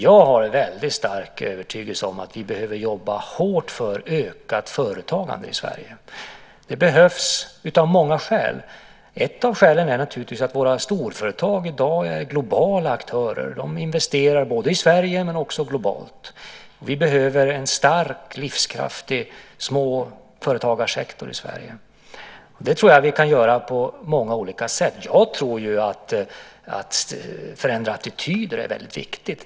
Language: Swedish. Jag har en väldigt stark övertygelse om att vi behöver jobba hårt för ökat företagande i Sverige. Det behövs av många skäl. Ett av skälen är naturligtvis att våra storföretag i dag är globala aktörer. De investerar både i Sverige och globalt. Vi behöver en stark, livskraftig småföretagarsektor i Sverige. Det tror jag att vi kan åstadkomma på många olika sätt. Jag tror att det är väldigt viktigt att förändra attityder.